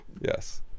Yes